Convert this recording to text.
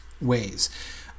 ways